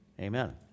Amen